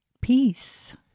peace